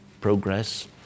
progress